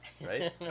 right